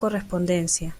correspondencia